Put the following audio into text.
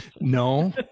No